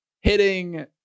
hitting